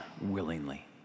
willingly